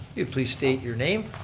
you please state your name?